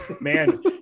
Man